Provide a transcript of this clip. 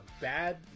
bad